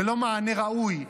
ללא מענה ראוי,